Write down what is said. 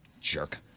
Jerk